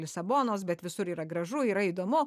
lisabonos bet visur yra gražu yra įdomu